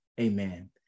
Amen